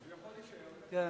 הוא יכול להישאר, כן.